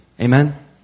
Amen